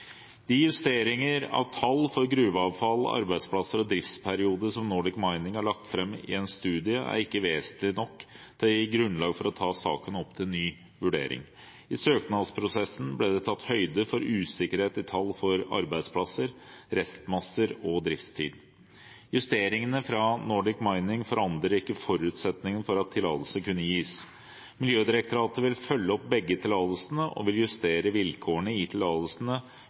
De justeringer av tall for gruveavfall, arbeidsplasser og driftsperiode som Nordic Mining har lagt fram i en studie, er ikke vesentlige nok til å gi grunnlag for å ta saken opp til ny vurdering. I søknadsprosessen ble det tatt høyde for usikkerhet om tall for arbeidsplasser, restmasser og driftstid. Justeringene fra Nordic Mining forandrer ikke forutsetningene for at tillatelse kunne gis. Miljødirektoratet vil følge opp begge tillatelsene og vil justere vilkårene i tillatelsene